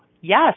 yes